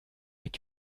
est